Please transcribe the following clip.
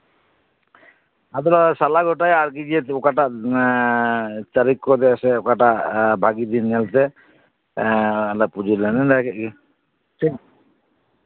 ᱟᱫᱚ ᱞᱮ ᱥᱟᱞᱟ ᱜᱚᱴᱟᱭᱟ ᱟᱨᱠᱤ ᱚᱠᱟᱴᱟᱜ ᱢᱟᱹᱦᱤᱛ ᱠᱚᱛᱮ ᱥᱮ ᱚᱠᱟᱴᱟᱜ ᱵᱷᱟᱹᱜᱤ ᱢᱟᱦᱟ ᱧᱮᱞ ᱛᱮ ᱮᱸᱻ ᱯᱩᱡᱟᱹ ᱞᱮ ᱱᱮᱰᱟ ᱠᱮᱫ ᱜᱮ